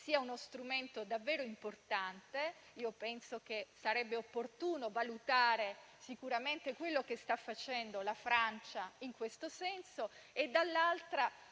sia uno strumento davvero importante. Penso che, da una parte, sarebbe opportuno valutare sicuramente quello che sta facendo la Francia in questo senso e, dall'altra